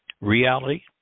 Reality